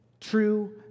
true